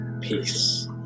peace